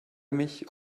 mich